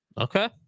Okay